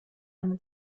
eine